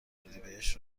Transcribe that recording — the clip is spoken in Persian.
اردیبهشت